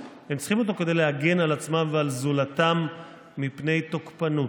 הם צריכים אותו כדי להגן על עצמם ועל זולתם מפני תוקפנות.